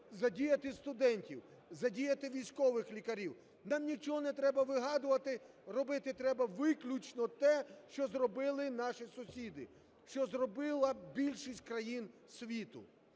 Задіяти студентів, задіяти військових лікарів, нам нічого не треба вигадувати, робити треба виключно те, що зробили наші сусіди, що зробила більшість країн світу.